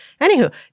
Anywho